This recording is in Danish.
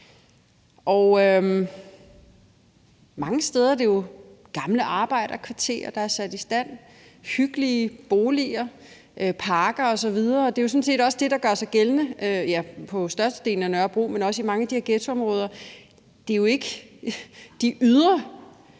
og mange steder er det jo gamle arbejderkvarterer, der er sat i stand, hyggelige boliger, parker osv. Det er sådan set det, der gør sig gældende på størstedelen af Nørrebro, men også i mange af de her ghettoområder. Det er